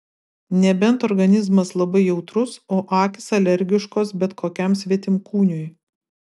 nebent organizmas labai jautrus o akys alergiškos bet kokiam svetimkūniui